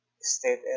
state